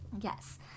Yes